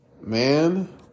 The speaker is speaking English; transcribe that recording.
Man